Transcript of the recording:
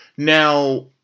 Now